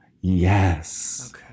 Yes